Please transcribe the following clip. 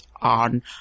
on